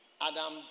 Adam